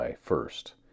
first